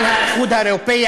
על האיחוד האירופי,